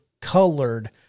colored